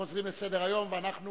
ביציע האורחים